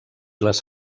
les